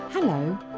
hello